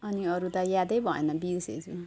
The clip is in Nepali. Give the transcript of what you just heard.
अनि अरू त यादै भएन बिर्सेँछु